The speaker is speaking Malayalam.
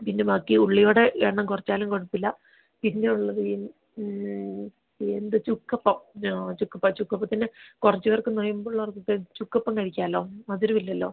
പിന്നെ ബാക്കി ഉള്ളിവട എണ്ണം കുറച്ചാലും കുഴപ്പമില്ല പിന്നെ ഉള്ളത് ഇന്ന് എന്ത് ചുക്കപ്പം ഞാൻ ചുക്കപ്പം ചുക്കപ്പത്തിന് കുറച്ച് പേർക്ക് നൊയമ്പ് ഉള്ളവർക്ക് ഒക്കെ ചുക്കപ്പം കഴിക്കാമല്ലോ മധുരം ഇല്ലല്ലോ